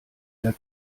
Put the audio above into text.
der